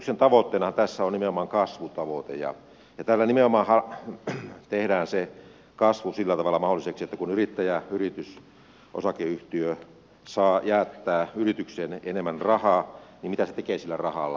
hallituksen tavoitteenahan tässä on nimenomaan kasvutavoite ja tällä nimenomaan tehdään se kasvu sillä tavalla mahdolliseksi että kun yrittäjä yritys osakeyhtiö saa jättää yritykseen enemmän rahaa niin mitä se tekee sillä rahalla